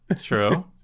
True